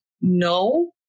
no